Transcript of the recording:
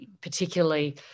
particularly